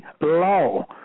law